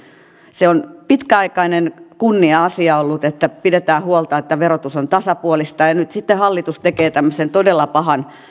se on pitkäaikainen kunnia asia ollut että pidetään huolta että verotus on tasapuolista ja nyt sitten hallitus tekee tämmöisen todella pahan